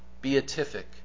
beatific